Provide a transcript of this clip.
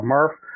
Murph